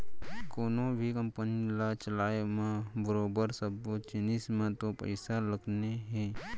कोनों भी कंपनी ल चलाय म बरोबर सब्बो जिनिस म तो पइसा लगने हे